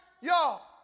y'all